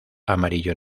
amarillo